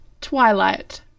Twilight